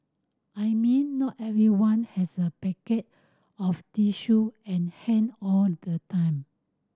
I mean not everyone has a packet of tissue at hand all the time